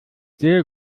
sehr